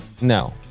No